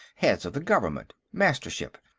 heads of the government mastership,